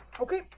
okay